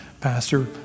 Pastor